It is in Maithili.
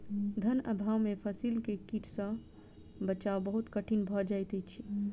धन अभाव में फसील के कीट सॅ बचाव बहुत कठिन भअ जाइत अछि